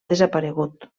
desaparegut